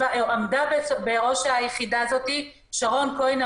בראש היחידה הזאת עמדה שרון כהן,